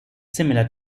similar